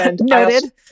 Noted